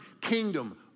kingdom